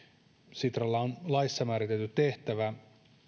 sitralla on laissa määritelty tehtävä